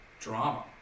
drama